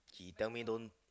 he tell me don't